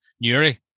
Newry